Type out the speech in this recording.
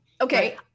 okay